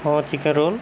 ହଁ chicken roll